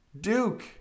Duke